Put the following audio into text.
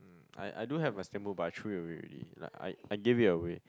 I I do have my but I throw it away already like I I give it away